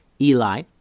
Eli